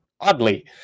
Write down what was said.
oddly